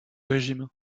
régime